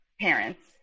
parents